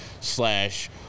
slash